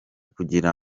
kugira